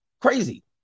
Crazy